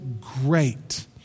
great